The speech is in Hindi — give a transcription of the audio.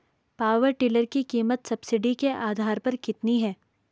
पावर टिलर की कीमत सब्सिडी के आधार पर कितनी है?